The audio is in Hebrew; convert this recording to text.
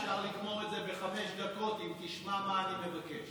אפשר לגמור את זה בחמש דקות אם תשמע מה אני מבקש.